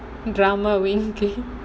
drama wing